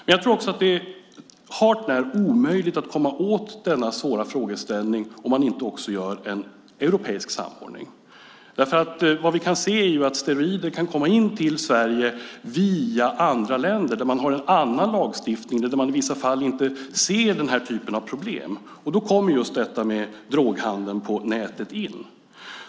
Men jag tror också att det är hart när omöjligt att komma åt denna svåra frågeställning om man inte också gör en europeisk samordning. Vad vi kan se är nämligen att steroider kan komma in till Sverige via andra länder där man har en annan lagstiftning eller där man i vissa fall inte ser denna typ av problem. Då kommer just droghandeln på nätet in.